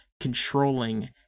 controlling